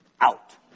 out